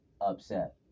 upset